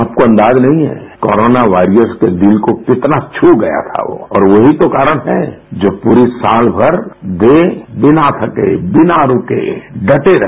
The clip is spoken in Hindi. आपको अंदाजा नहीं है कोरोना वारियर्स के दिल को कितना छू गया था वो और वो ही तो कारण है जो पूरी साल भर वे बिना थके बिना रुके डटे रहे